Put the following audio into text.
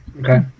Okay